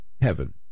heaven